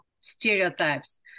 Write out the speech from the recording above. stereotypes